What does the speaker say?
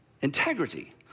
integrity